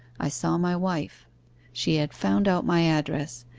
i saw my wife she had found out my address,